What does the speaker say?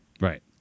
Right